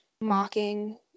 mocking